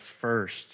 first